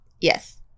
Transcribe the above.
Yes